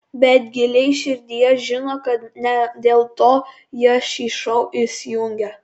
bet giliai širdyje žino kad ne dėl to jie šį šou įsijungia